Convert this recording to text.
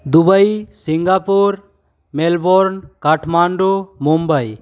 Dubai Singapore Melbourne Kathmandu Mumbai